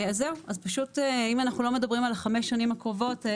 אם אנחנו לא מדברים על החמש השנים הקרובות,